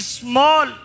small